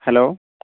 hello